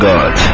God